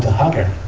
hug right